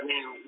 Now